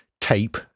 tape